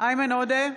איימן עודה,